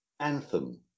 Anthem